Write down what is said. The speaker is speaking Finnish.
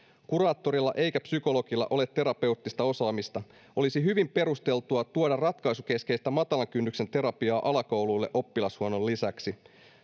kuraattorilla eikä psykologilla ole terapeuttista osaamista olisi hyvin perusteltua tuoda ratkaisukeskeistä matalan kynnyksen terapiaa alakouluille oppilashuollon lisäksi